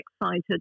excited